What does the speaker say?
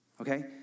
Okay